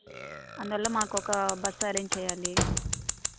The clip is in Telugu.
అందులో మాకు ఒక బస్సు అరేంజ్ చేయాలి